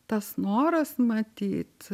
tas noras matyt